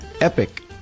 epic